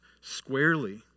squarely